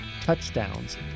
touchdowns